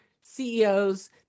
CEOs